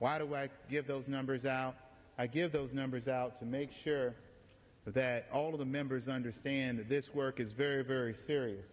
why do i get those numbers out i give those numbers out to make sure that all of the members understand that this work is very very serious